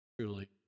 Truly